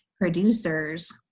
producers